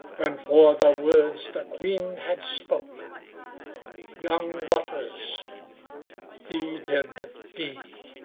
and for the words the queen had spoke young waters he did dee.